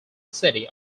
city